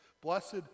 Blessed